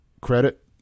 Credit